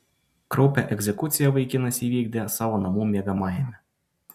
kraupią egzekuciją vaikinas įvykdė savo namų miegamajame